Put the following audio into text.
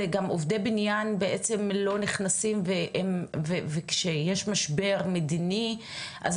זה גם עובדי בניין בעצם לא נכנסים וכשיש משבר מדיני אז